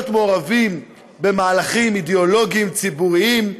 להיות מעורבים במהלכים אידיאולוגיים ציבוריים.